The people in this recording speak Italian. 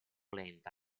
lenta